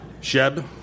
Sheb